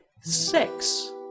six